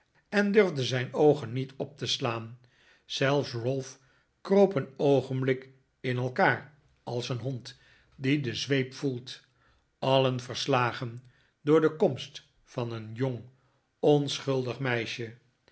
en durfde zijn oogen niet op te slaan zelfs ralph kroop een oogenblik in elkaar als een hond die de zweep voelt alien verslagen door de komst van een jong onschuldig meisje